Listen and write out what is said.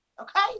okay